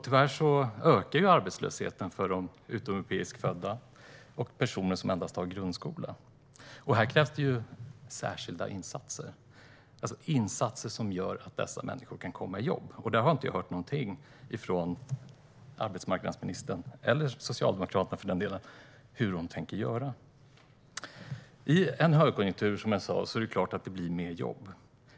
Tyvärr ökar arbetslösheten för de utomeuropeiskt födda och för personer som endast har grundskoleutbildning. Här krävs det särskilda insatser, insatser som gör att dessa människor kan komma i jobb. Jag har inte hört någonting från arbetsmarknadsministern - eller från Socialdemokraterna, för den delen - om hur hon tänker göra. I en högkonjunktur är det, som jag sa, klart att det blir fler jobb.